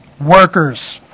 workers